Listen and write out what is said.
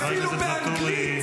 חבר הכנסת ואטורי.